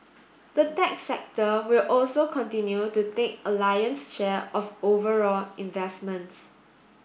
the tech sector will also continue to take a lion's share of overall investments